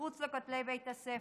מחוץ לכותלי בית הספר.